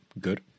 good